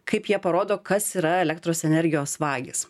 kaip jie parodo kas yra elektros energijos vagys